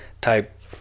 type